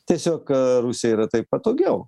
tiesiog rusija yra taip patogiau